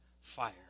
fire